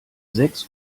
sechs